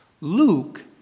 Luke